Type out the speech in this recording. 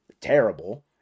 terrible